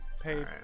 Pay